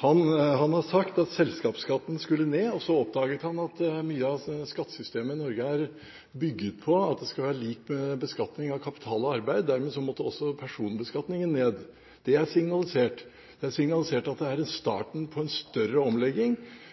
Han har sagt at selskapsskatten skulle ned, og så oppdaget han at mye av skattesystemet i Norge er bygget på at det skal være lik beskatning av kapital og arbeid, og dermed måtte også personbeskatningen ned. Det er signalisert. Det er signalisert at dette er starten på en